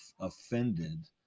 offended